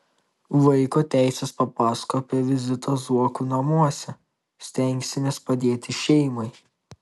vaiko teisės papasakojo apie vizitą zuokų namuose stengsimės padėti šeimai